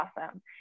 awesome